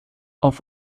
auf